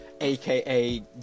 aka